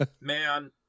man